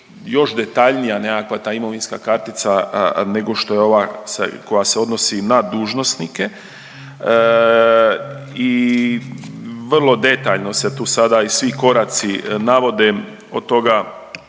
još detaljnija nekakva ta imovinska kartica nego što je ova koja se odnosi na dužnosnike i vrlo detaljno se tu sada i svi koraci navode od toga